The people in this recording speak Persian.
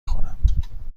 خورم